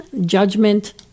judgment